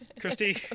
Christy